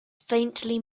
faintly